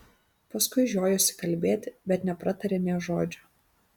paskui žiojosi kalbėti bet nepratarė nė žodžio